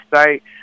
State